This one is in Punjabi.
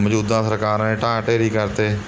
ਮੌਜੂਦਾ ਸਰਕਾਰ ਨੇ ਢਾਹ ਢੇਰੀ ਕਰਤੇ